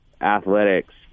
athletics